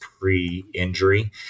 pre-injury